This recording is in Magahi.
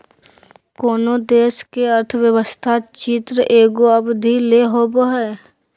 कोनो देश के अर्थव्यवस्था चित्र एगो अवधि ले होवो हइ